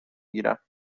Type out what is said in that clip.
گیرم